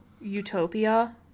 Utopia